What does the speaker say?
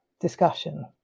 discussion